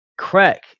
crack